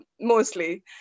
mostly